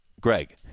greg